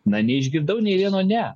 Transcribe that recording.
na neišgirdau nė vieno ne